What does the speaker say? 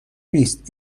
نیست